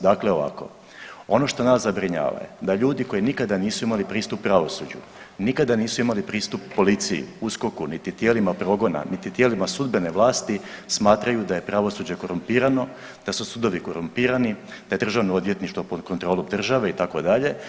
Dakle ovako, ono što nas zabrinjava je da ljudi koji nikada nisu imali pristup pravosuđu, nikada nisu imali pristup policiji, USKOK-u, niti tijelima progona, niti tijelima sudbene vlasti, smatraju da je pravosuđe korumpirano, da su sudovi korumpirani, da je državno odvjetništvo pod kontrolom države itd.